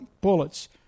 bullets